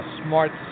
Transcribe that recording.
smart